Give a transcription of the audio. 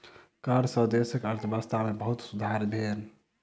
कर सॅ देशक अर्थव्यवस्था में बहुत सुधार भेल